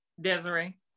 Desiree